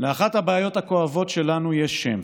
"לאחת הבעיות הכואבות שלנו יש שם,